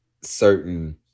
certain